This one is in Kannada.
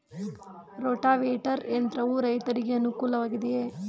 ರೋಟಾವೇಟರ್ ಯಂತ್ರವು ರೈತರಿಗೆ ಅನುಕೂಲ ವಾಗಿದೆಯೇ?